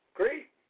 great